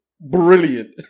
brilliant